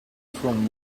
from